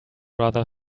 rather